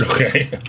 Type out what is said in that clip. Okay